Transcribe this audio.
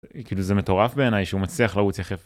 כאילו זה מטורף בעיניי שהוא מצליח לרוץ יחף.